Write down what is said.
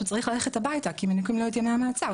הוא צריך ללכת הביתה כי מנכים לו את ימי המעצר.